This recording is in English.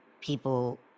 people